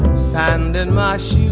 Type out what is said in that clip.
sand and much